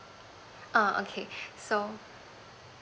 err okay so